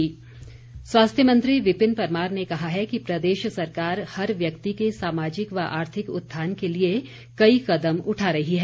विपिन परमार स्वास्थ्य मंत्री विपिन परमार ने कहा है कि प्रदेश सरकार हर व्यक्ति के सामाजिक व आर्थिक उत्थान के लिए कई कदम उठा रही है